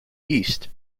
east